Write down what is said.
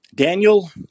Daniel